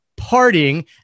partying